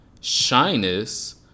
shyness